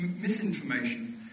misinformation